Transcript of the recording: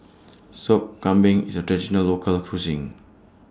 Sop Kambing IS A Traditional Local Cuisine